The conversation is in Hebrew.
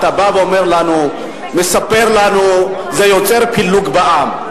אתה בא ואומר לנו, מספר לנו שזה יוצר פילוג בעם.